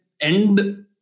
end